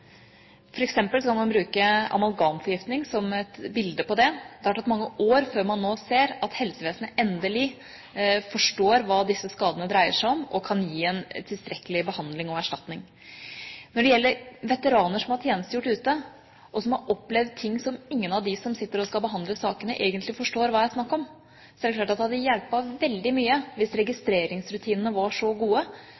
kan f.eks. bruke amalgamforgiftning som et bilde på det. Det har tatt mange år før helsevesenet nå endelig forstår hva disse skadene dreier seg om, og kan gi en tilstrekkelig behandling og erstatning. Når det gjelder veteraner som har tjenestegjort ute, og som har opplevd ting som ingen av dem som sitter og skal behandle sakene, egentlig forstår hva er snakk om, er det klart at det hadde hjulpet veldig mye hvis